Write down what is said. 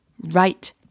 right